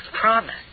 promise